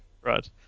Right